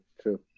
true